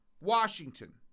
Washington